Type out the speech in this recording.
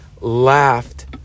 laughed